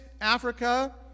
Africa